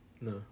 No